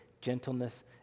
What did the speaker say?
gentleness